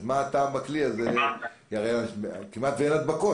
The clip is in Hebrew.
אז מה הטעם בכלי הזה כי הרי כמעט ואין הדבקות,